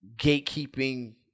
Gatekeeping